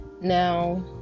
Now